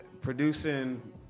producing